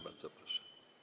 Bardzo proszę.